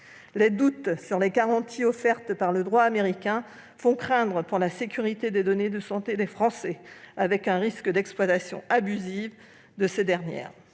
Les doutes sur les garanties offertes par le droit américain font craindre pour la sécurité des données de santé des Français, avec un risque d'exploitation abusive de ces dernières.